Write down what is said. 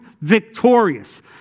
victorious